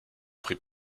pris